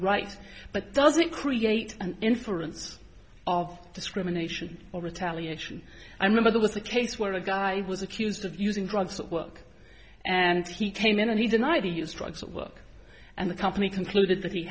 right but does it create an inference of discrimination or retaliation i remember there was a case where a guy was accused of using drugs at work and he came in and he denied the use drugs at work and the company concluded that he